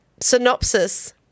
synopsis